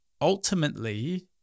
ultimately